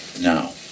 Now